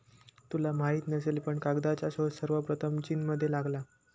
तुला माहित नसेल पण कागदाचा शोध सर्वप्रथम चीनमध्ये लागला